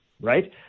right